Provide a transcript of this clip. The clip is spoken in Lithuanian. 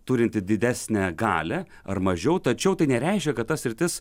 turinti didesnę galią ar mažiau tačiau tai nereiškia kad ta sritis